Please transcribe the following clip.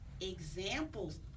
examples